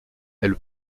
elle